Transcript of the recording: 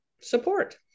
support